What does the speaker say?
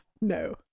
no